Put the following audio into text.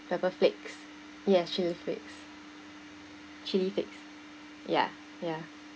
pepper flakes yes chilli flakes chilli flakes ya ya